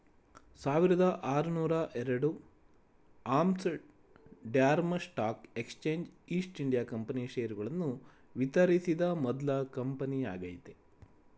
ಸಾವಿರದಆರುನೂರುಎರಡು Amsterdam stock exchange East India company ಷೇರುಗಳನ್ನು ವಿತರಿಸಿದ ಮೊದ್ಲ ಕಂಪನಿಯಾಗೈತೆ